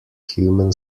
human